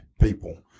people